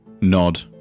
nod